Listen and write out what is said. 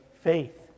faith